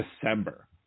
December